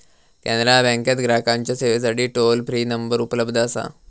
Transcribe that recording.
कॅनरा बँकेत ग्राहकांच्या सेवेसाठी टोल फ्री नंबर उपलब्ध असा